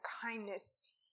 kindness